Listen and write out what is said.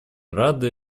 рады